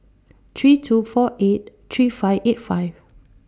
three two four eight three five eight five